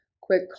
Quick